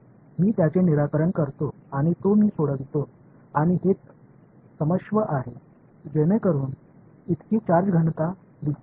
मी त्याचे निराकरण करतो आणि तो मी सोडवितो आणि हेच क्षमस्व आहे जेणेकरुन इतकि चार्ज घनता दिसते आहे